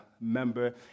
member